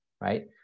right